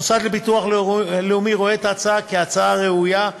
המוסד לביטוח לאומי רואה את ההצעה כהצעה ראויה,